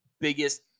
biggest